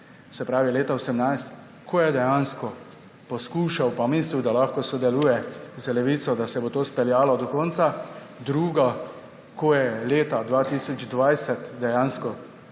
prva leta 2018, ko je dejansko poskušal pa mislil, da lahko sodeluje z Levico, da se bo to izpeljalo do konca, druga, ko je leta 2020 ob